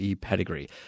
pedigree